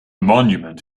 monument